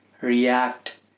react